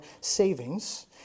savings